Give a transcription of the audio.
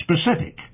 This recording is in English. specific